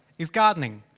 is gardening!